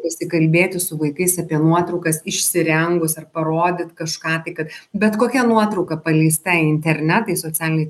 pasikalbėti su vaikais apie nuotraukas išsirengus ar parodyt kažką tai kad bet kokia nuotrauka paleista į internetą į socialinį